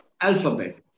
Alphabet